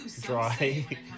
Dry